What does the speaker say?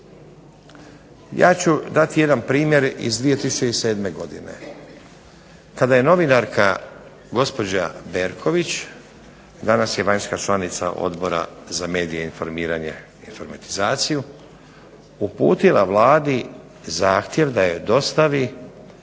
Ja ću dati jedan primjer iz 2007. godine kada je novinarka gospođa Berković, danas je vanjska članica Odbora za medije, informiranje i informatizaciju, uputila Vladi zahtjev da joj dostavi